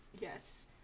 Yes